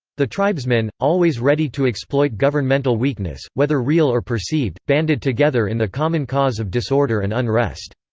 the tribesmen, always ready to exploit governmental weakness, whether real or perceived, banded together in the common cause of disorder and unrest.